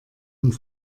und